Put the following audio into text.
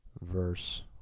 verse